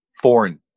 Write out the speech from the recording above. foreign